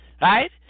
right